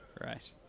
Right